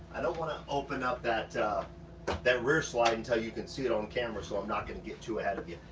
i don't wanna open up that that rear slide until you can see it on camera. so i'm not gonna get too ahead of you.